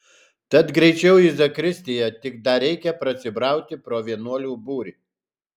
tad greičiau į zakristiją tik dar reikia prasibrauti pro vienuolių būrį